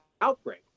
Outbreak